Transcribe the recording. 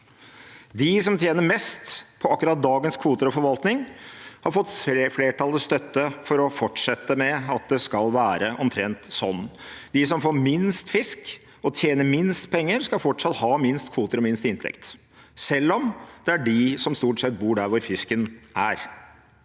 De som tjener mest på akkurat dagens kvoter og forvaltning, har fått flertallets støtte for å fortsette med at det skal være omtrent sånn. De som får minst fisk og tjener minst penger, skal fortsatt ha minst kvoter og minst inntekt, selv om det er de som stort sett bor der hvor fisken er.